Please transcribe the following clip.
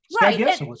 Right